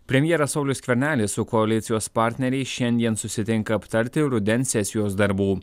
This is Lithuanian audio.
premjeras saulius skvernelis su koalicijos partneriais šiandien susitinka aptarti rudens sesijos darbų